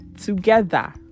together